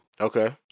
Okay